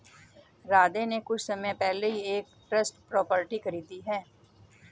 राधे ने कुछ समय पहले ही एक ट्रस्ट प्रॉपर्टी खरीदी है